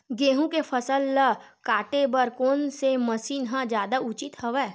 गेहूं के फसल ल काटे बर कोन से मशीन ह जादा उचित हवय?